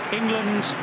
england